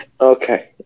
Okay